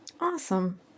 Awesome